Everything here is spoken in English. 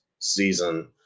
season